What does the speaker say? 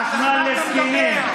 על חשמל לנשים,